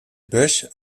bösch